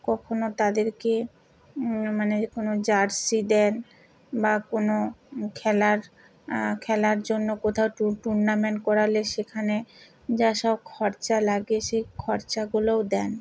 কখনো তাদেরকে মানে কোনো জার্সি দেন বা কোনো খেলার খেলার জন্য কোথাও টুর্নামেন্ট করালে সেখানে যা সব খরচা লাগে সেই খরচাগুলোও দেন